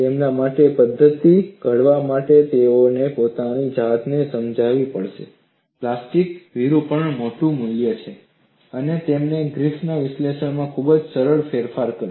તેમના માટે પદ્ધતિ ઘડવા માટે તેઓએ પોતાની જાતને સમજાવવી પડશે કે પ્લાસ્ટિક વીરૂપણનું મોટું મૂલ્ય છે અને તેમણે ગ્રિફિથના વિશ્લેષણમાં ખૂબ જ સરળ ફેરફાર કર્યો